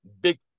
big